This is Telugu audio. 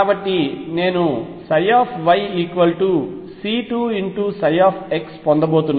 కాబట్టి నేను yC2 x పొందబోతున్నాను